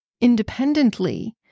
independently